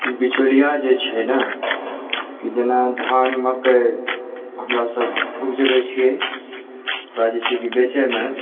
बिचौलिया जे छै ने कि जेना धान मकइ हमरा सब उपजबै छिए ओकरा जे छै की बेचैमे